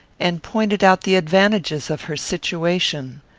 and pointed out the advantages of her situation.